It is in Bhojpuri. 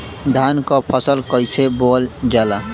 धान क फसल कईसे बोवल जाला?